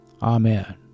Amen